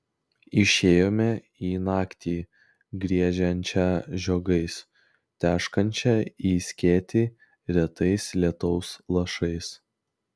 išėjome į naktį griežiančią žiogais teškančią į skėtį retais lietaus lašais